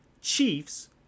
chiefs